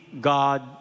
God